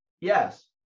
Yes